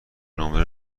نمره